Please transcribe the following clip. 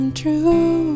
true